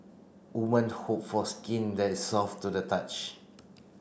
woman hope for skin that is soft to the touch